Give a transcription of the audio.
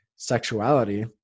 sexuality